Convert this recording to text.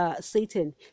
satan